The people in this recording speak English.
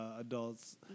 adults